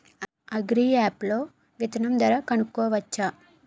Agri app లో విత్తనం ధర కనుకోవచ్చా?